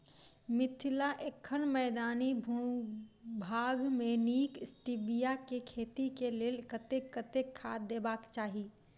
मिथिला एखन मैदानी भूभाग मे नीक स्टीबिया केँ खेती केँ लेल कतेक कतेक खाद देबाक चाहि?